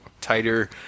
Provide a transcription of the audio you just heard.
tighter